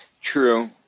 True